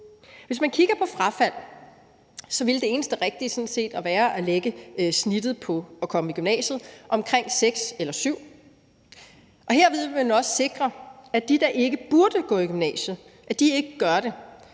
Hvis man kigger på frafald, ville det eneste rigtige sådan set være at lægge snittet for at komme i gymnasiet på omkring 6 eller 7, og herved ville man også sikre, at de, der ikke burde gå i gymnasiet, ikke gør det.